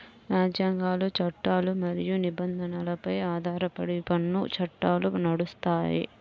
రాజ్యాంగాలు, చట్టాలు మరియు నిబంధనలపై ఆధారపడి పన్ను చట్టాలు నడుస్తాయి